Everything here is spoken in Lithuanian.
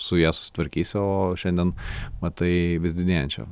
su ja susitvarkysi o šiandien matai vis didėjančią